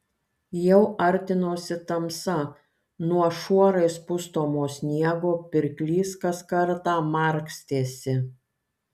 jau artinosi tamsa nuo šuorais pustomo sniego pirklys kas kartą markstėsi